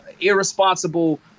irresponsible